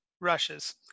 rushes